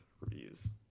reviews